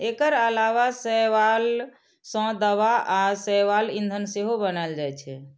एकर अलावा शैवाल सं दवा आ शैवाल ईंधन सेहो बनाएल जाइ छै